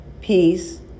peace